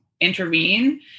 intervene